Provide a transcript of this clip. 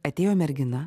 atėjo mergina